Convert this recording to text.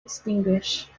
extinguished